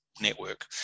network